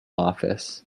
office